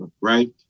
right